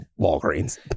Walgreens